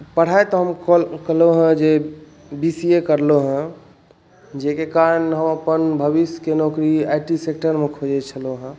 पढ़ाइ तऽ हम केलहुँ हँ जे बी सी ए करलहुँ हँ जाहिके कारण हम अपन भविष्यके नौकरी आई टी सेक्टरमे खोजै छलहुँ हंँ